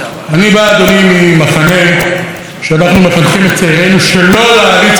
ממחנה שבו אנחנו מחנכים את צעירינו שלא להעריץ אנשים חיים בחיים,